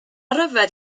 ryfedd